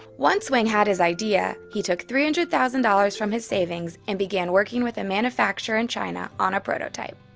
once wang had his idea, he took three hundred thousand dollars from his savings and began working with a manufacturer in china on a prototype.